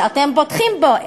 שאתם בוטחים בו,